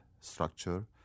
structure